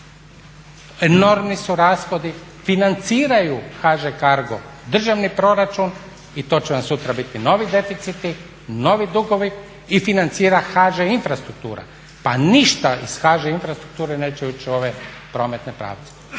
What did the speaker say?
enormni su rashodi, financiraju HŽ-Cargo državni proračun i to će vam sutra biti novi deficiti, novi dugovi i financira HŽ-Infrastruktura. Pa ništa iz HŽ-Infrastrukture neće ući u ove prometne pravce.